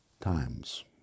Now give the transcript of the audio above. times